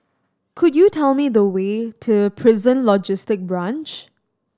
could you tell me the way to Prison Logistic Branch